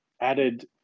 added